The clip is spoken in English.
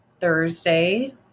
Thursday